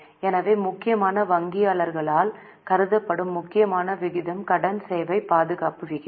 எனவே முக்கியமாக வங்கியாளர்களால் கருதப்படும் முக்கியமான விகிதம் கடன் சேவை பாதுகாப்பு விகிதம்